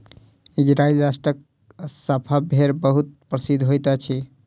Israel राष्ट्रक Assaf भेड़ बहुत प्रसिद्ध होइत अछि